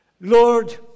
Lord